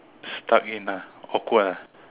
stuck in ah awkward ah